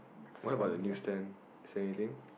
what about the newstand is there anything